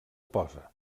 posa